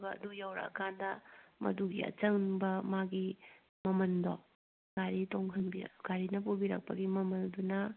ꯑꯗꯨꯒ ꯑꯗꯨ ꯌꯧꯔꯛꯑ ꯀꯥꯟꯗ ꯃꯗꯨꯒꯤ ꯑꯆꯪꯕ ꯃꯥꯒꯤ ꯃꯃꯟꯗꯣ ꯒꯥꯔꯤꯅ ꯄꯨꯕꯤꯔꯛꯄꯒꯤ ꯃꯃꯜꯗꯨꯅ